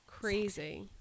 crazy